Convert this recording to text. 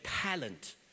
talent